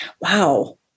wow